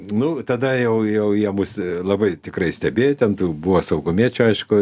nu tada jau jau jie mus labai tikrai stebėjo ten tų buvo saugumiečių aišku